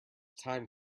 time